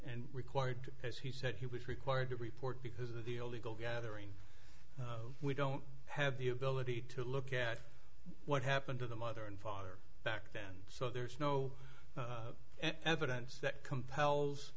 and required as he said he was required to report because of the illegal gathering we don't have the ability to look at what happened to the mother and father back then so there's no evidence that compels